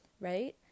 right